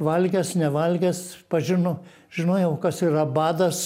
valgęs nevalgęs pažino žinojau kas yra badas